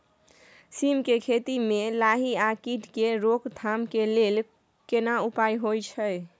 सीम के खेती म लाही आ कीट के रोक थाम के लेल केना उपाय होय छै?